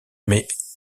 mais